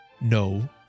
No